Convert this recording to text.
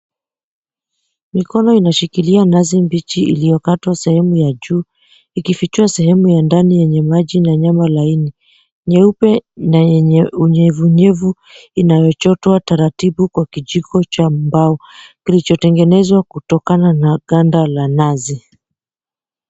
Mikono inashikilia nazi mbichi iliyokatwa sehemu ya juu, ikifichua sehemu ya ndani yenye maji na nyama laini, nyeupe na yenye unyevunyevu inayochotwa taratibu kwa kijiko cha mbao kilichotengenezwa kutokana na ganda la nazi.